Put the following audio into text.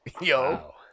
Yo